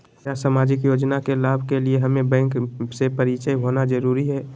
क्या सामाजिक योजना के लाभ के लिए हमें बैंक से परिचय होना जरूरी है?